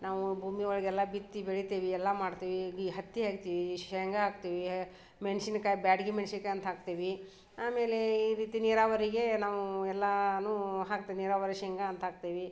ನಾವೂ ಭೂಮಿ ಒಳಗೆಲ್ಲ ಬಿತ್ತಿ ಬೆಳಿತೀವಿ ಎಲ್ಲ ಮಾಡ್ತೀವಿ ಈ ಹತ್ತಿ ಹಾಕ್ತೀವಿ ಶೇಂಗಾ ಹಾಕ್ತೀವಿ ಮೆಣಸಿನ್ಕಾಯಿ ಬ್ಯಾಡಗಿ ಮೆಣಸಿನ್ಕಾಯಿ ಅಂತ ಹಾಕ್ತೀವಿ ಆಮೇಲೆ ಈ ರೀತಿ ನೀರಾವರಿಗೆ ನಾವು ಎಲ್ಲನೂ ಹಾಕ್ತ್ ನೀರಾವರಿ ಶೇಂಗಾ ಅಂತ ಆಕ್ತಿವಿ